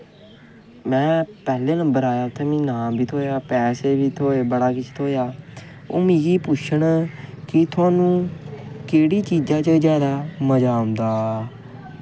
पैह्ले नंबर आया में उत्थें मिगी नाम बी थ्होया पैसे बी थ्होये बड़ा किश थ्होया ओह् मिगी पुच्छन कि थोआनू केह्ड़ी चीज़ा च जादा मज़ा औंदा